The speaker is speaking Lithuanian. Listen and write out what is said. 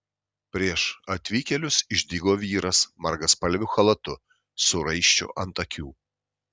prieš atvykėlius išdygo vyras margaspalviu chalatu su raiščiu ant akių